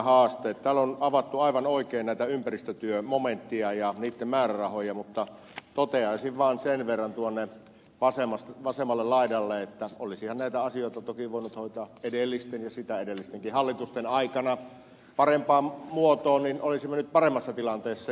täällä on avattu aivan oikein näitä ympäristötyömomentteja ja niitten määrärahoja mutta toteaisin vaan sen verran vasemmalle laidalle että olisihan näitä asioita toki voinut hoitaa edellisen ja sitä edellistenkin hallitusten aikana parempaan muotoon niin olisimme nyt paremmassa tilanteessa